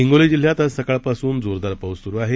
हिंगोली जिल्ह्यात आज सकाळपासून जोरदार पाऊस सुरू आहे